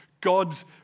God's